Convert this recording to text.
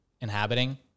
inhabiting